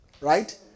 Right